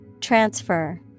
Transfer